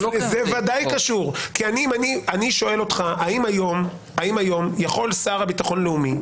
זה ודאי קשור כי אני שואל אותך האם היום יכול שר לביטחון לאומי,